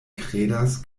kredas